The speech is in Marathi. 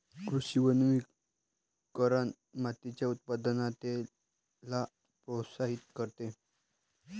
कृषी वनीकरण मातीच्या उत्पादकतेला प्रोत्साहित करते